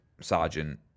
Sergeant